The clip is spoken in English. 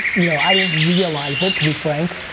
you know i didn't realize it to be frank.